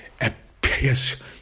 appears